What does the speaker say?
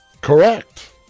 Correct